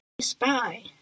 spy